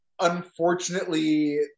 unfortunately